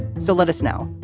so let us know.